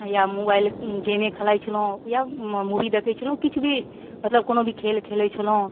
या मोबाइल गेमे खेलाइ छलहुँ या मूवी देखै छलहुँ किछु भी मतलब कोनो भी खेल खेलै छलहुँ